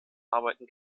arbeiten